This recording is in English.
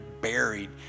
buried